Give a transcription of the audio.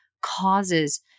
causes